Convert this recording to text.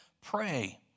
pray